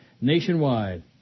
nationwide